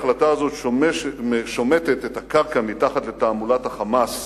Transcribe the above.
ההחלטה הזאת שומטת את הקרקע מתחת לתעמולת ה"חמאס"